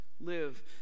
live